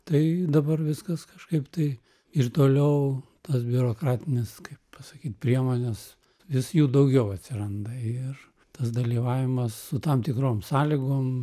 tai dabar viskas kažkaip tai ir toliau tas biurokratinės kaip pasakyti priemonės vis jų daugiau atsiranda ir tas dalyvavimas su tam tikrom sąlygom